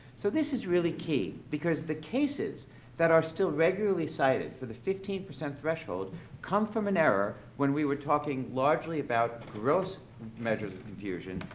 so this is really key because the cases that are still regularly cited for the fifteen percent threshold come from an era when we were talking largely about gross measures of confusion,